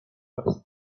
است